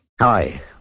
Hi